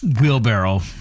Wheelbarrow